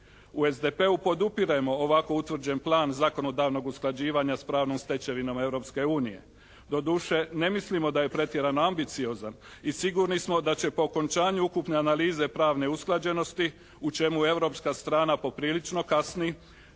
U SDP-u podupiremo ovako utvrđen plan zakonodavnog usklađivanja s pravnim stečevinama Europske unije. Doduše ne mislimo da je pretjerano ambiciozan i sigurni smo da će po okončanju ukupne analize pravne usklađenosti u čemu europska